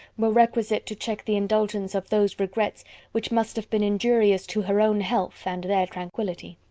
were requisite to check the indulgence of those regrets which must have been injurious to her own health and their tranquillity.